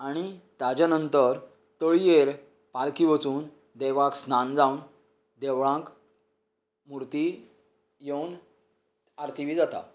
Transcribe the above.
आनी ताज्या नंतर तळयेर पालखी वचून देवाक स्नान जावन देवळांक मुर्ती येवन आरती बी जाता